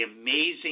amazing